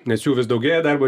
nes jų vis daugėja darbo